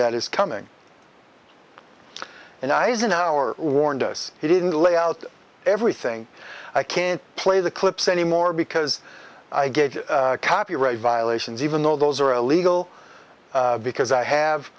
that is coming and eisenhower warned us he didn't lay out everything i can't play the clips anymore because i gave copyright violations even though those are illegal because i have